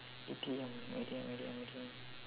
idiom idiom idiom idiom